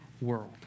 world